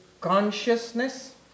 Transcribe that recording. consciousness